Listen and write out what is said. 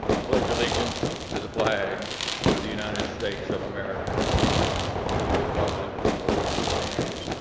pledge allegiance, to the flag of the united states of america and to the republic for which it stands,